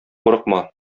курыкма